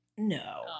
No